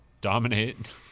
dominate